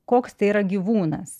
koks tai yra gyvūnas